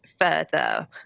further